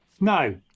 no